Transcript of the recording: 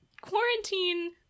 quarantine